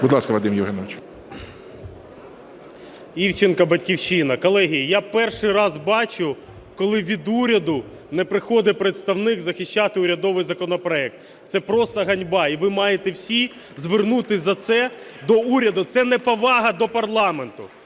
Будь ласка, Вадиме Євгеновичу. 11:02:10 ІВЧЕНКО В.Є. Івченко, "Батьківщина". Колеги, я перший раз бачу, коли від уряду не приходить представник захищати урядовий законопроект. Це просто ганьба! І ви маєте всі звернутися за це до уряду. Це неповага до парламенту.